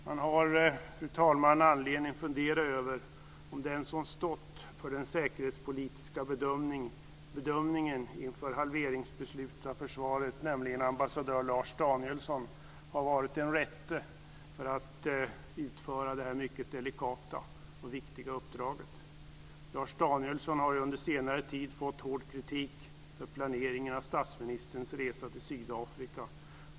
Man har, fru talman, anledning att fundera över om den som stått för den säkerhetspolitiska bedömningen inför halveringsbeslutet för försvaret, nämligen ambassadör Lars Danielsson, har varit den rätte för att utföra det här mycket delikata och viktiga uppdraget. Lars Danielsson har ju under senare tid fått hård kritik för planeringen av statsministerns resa till Sydafrika.